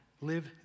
Live